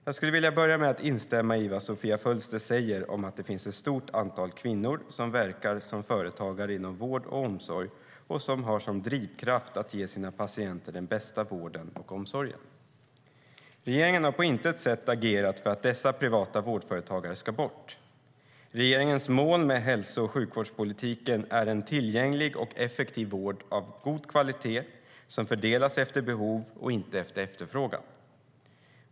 Jag skulle vilja börja med att instämma i vad Sofia Fölster säger om att det finns ett stort antal kvinnor som verkar som företagare inom vård och omsorg och som har som drivkraft att ge sina patienter den bästa vården och omsorgen. Regeringen har på intet sätt agerat för att dessa privata vårdföretagare ska bort. Regeringens mål med hälso och sjukvårdspolitiken är en tillgänglig och effektiv vård av god kvalitet som fördelas efter behov och inte efter efterfrågan.